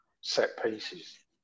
set-pieces